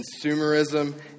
consumerism